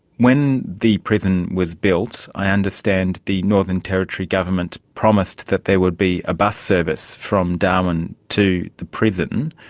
when the prison was built i understand the northern territory government promised that there would be a bus service from darwin to the prison.